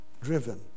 driven